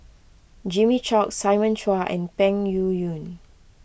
Jimmy Chok Simon Chua and Peng Yuyun